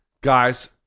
guys